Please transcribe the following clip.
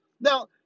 Now